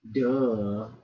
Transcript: Duh